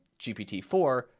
GPT-4